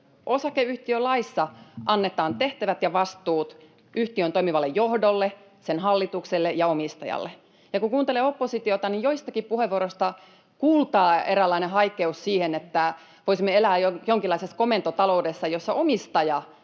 Osakeyhtiölaissa annetaan tehtävät ja vastuut yhtiön toimivalle johdolle, sen hallitukselle ja omistajalle. Kun kuuntelee oppositiota, niin joistakin puheenvuoroista kuultaa eräänlainen haikeus siihen, että voisimme elää jonkinlaisessa komentotaloudessa, jossa omistaja